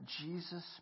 Jesus